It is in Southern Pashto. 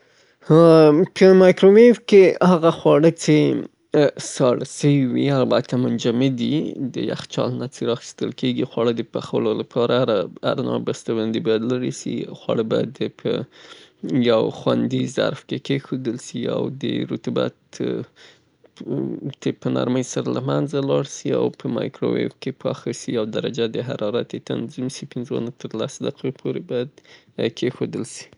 په مایکرویف کې داسې خواړه پخول څې هغه منجمد وي دهغه پلاستیک یا هر هغه څه کې چې پوښل سوي هغه لیري سي او په یو ظرف یا لوښي کې کیښودل سي. د مایکروويف درحه باید عیار سي، او سر یې بند کړل سي، د پنځو تر لسو دقو پورې کېښودل سي؛ ترڅو خوړلو ته اماده سي.